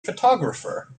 photographer